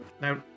now